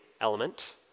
element